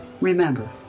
Remember